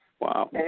Wow